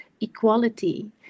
equality